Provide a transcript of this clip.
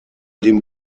dem